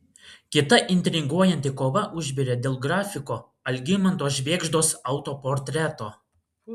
kita intriguojanti kova užvirė dėl grafiko algimanto švėgždos autoportreto